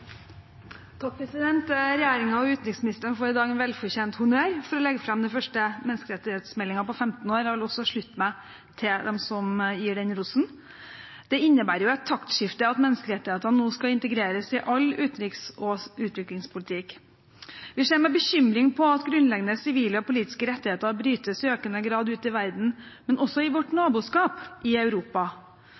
og utenriksministeren får i dag en velfortjent honnør for å legge fram den første menneskerettighetsmeldingen på 15 år. Jeg vil slutte meg til dem som gir den rosen. Det innebærer et taktskifte at menneskerettighetene nå skal integreres i all utenriks- og utviklingspolitikk. Vi ser med bekymring på at grunnleggende sivile og politiske rettigheter i økende grad brytes ute i verden, men også i vårt naboskap i Europa.